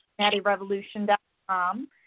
NattyRevolution.com